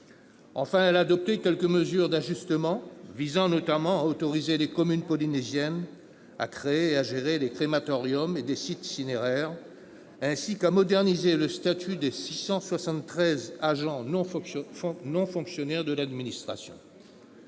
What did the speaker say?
Enfin, elle a adopté quelques mesures d'ajustement visant notamment à autoriser les communes polynésiennes à créer et à gérer des crématoriums et des sites cinéraires ainsi qu'à moderniser le statut des 673 agents non fonctionnaires de l'administration.